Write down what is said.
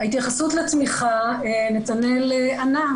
ההתייחסות לתמיכה, נתנאל ענה.